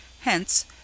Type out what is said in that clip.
Hence